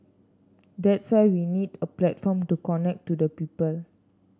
that's why we need a platform to connect to the people